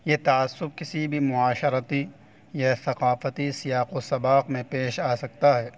یہ تعصب کسی بھی معاشرتی یا ثقافتی سیاق و سباق میں پیش آ سکتا ہے